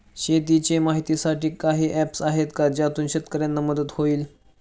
शेतीचे माहितीसाठी काही ऍप्स आहेत का ज्यातून शेतकऱ्यांना मदत होईल?